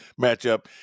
matchup